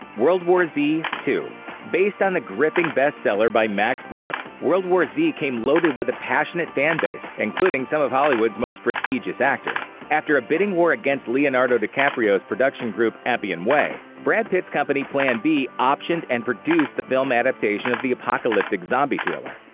world war z two based on the gripping bestseller by max brooks, world war z came loaded with a passionate fan-base, including some of hollywood's most prestigious actors. after a bidding war against leonardo dicaprio's production group appian way, brad pitt's company plan b optioned and produced produced the film adaptation of the apocalyptic zombie thriller.